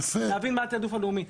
להבין מה התעדוף הלאומי.